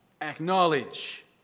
Acknowledge